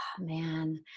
man